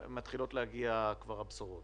מתחילות להגיע כבר הבשורות.